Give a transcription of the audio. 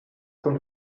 kommt